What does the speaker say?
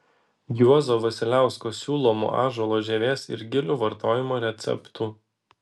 juozo vasiliausko siūlomų ąžuolo žievės ir gilių vartojimo receptų